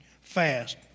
fast